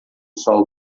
sol